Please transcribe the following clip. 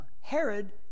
Herod